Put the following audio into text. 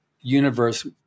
universe